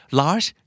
large